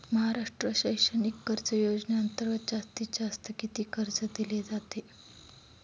महाराष्ट्र शैक्षणिक कर्ज योजनेअंतर्गत जास्तीत जास्त किती कर्ज दिले जाते?